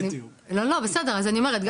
בסדר אני אומרת,